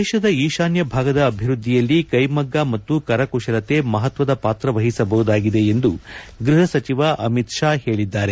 ದೇಶದ ಈಶಾನ್ಯ ಭಾಗದ ಅಭಿವೃದ್ಧಿಯಲ್ಲಿ ಕೈಮಗ್ಗ ಮತ್ತು ಕರಕುಶಲತೆ ಮಹತ್ವದ ಪಾತ್ರ ವಹಿಸಬಹುದಾಗಿದೆ ಎಂದು ಗೃಹ ಸಚಿವ ಅಮಿತ್ ಶಾ ಹೇಳಿದ್ದಾರೆ